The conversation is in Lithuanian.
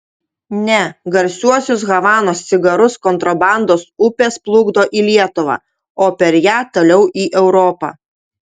ne garsiuosius havanos cigarus kontrabandos upės plukdo į lietuvą o per ją toliau į europą